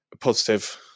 positive